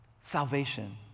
salvation